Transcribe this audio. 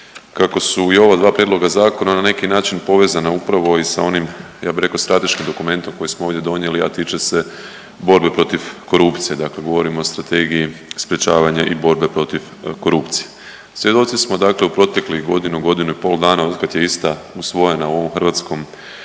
kako su i ova dva prijedloga zakona na neki način povezana upravo i sa onim ja bi rekao strateškim dokumentom koji smo ovdje donijeli, a tiče se borbe protiv korupcije, dakle govorimo o Strategiji sprječavanja i borbe protiv korupcije. Svjedoci smo dakle u proteklih godinu, godinu i pol dana otkad je ista usvojena u ovom HS,